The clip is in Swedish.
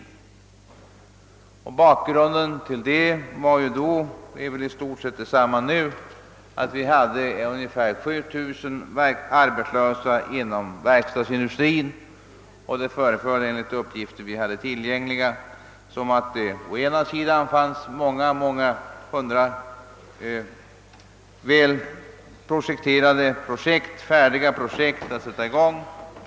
Bakgrunden härtill var då — och den är väl i stort sett densamma nu — att vi hade ungefär 7000 arbetslösa inom verkstadsindustrin och att det enligt tillgängliga uppgifter fanns många väl utarbetade projekt att sätta i gång.